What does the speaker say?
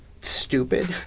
stupid